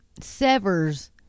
severs